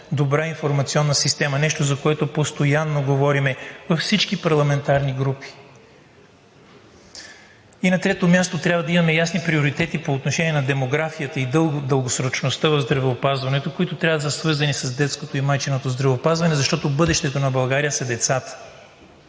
добра информационна система – нещо, за което постоянно говорим във всички парламентарни групи. На трето място, трябва да имаме ясни приоритети по отношение на демографията и дългосрочността в здравеопазването, които трябва да са свързани с детското и майчиното здравеопазване, защото бъдещето на България са децата.